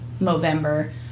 Movember